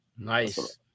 Nice